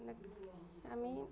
আমি